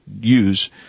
use